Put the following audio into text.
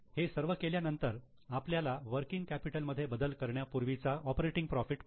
हे सर्व केल्यानंतर आपल्याला वर्किंग कॅपिटल मध्ये बदल करण्यापूर्वीचा ऑपरेटिंग प्रॉफिट मिळतो